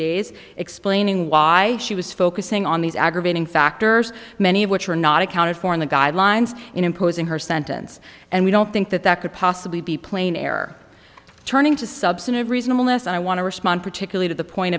days explaining why she was focusing on these aggravating factors many of which were not accounted for in the guidelines in imposing her sentence and we don't think that that could possibly be plain air turning to substantive reasonable less i want to respond particularly to the point